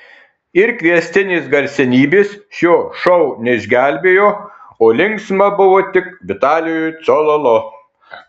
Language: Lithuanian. ir kviestinės garsenybės šio šou neišgelbėjo o linksma buvo tik vitalijui cololo